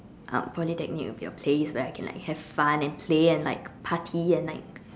uh Polytechnic will be a place where I can like have fun and play and like party and like